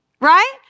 Right